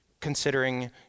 considering